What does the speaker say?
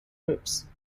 groups